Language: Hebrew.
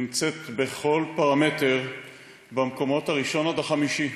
נמצאת בכל פרמטר במקומות הראשון עד החמישי.